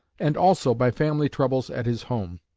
and also by family troubles at his home.